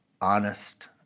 honest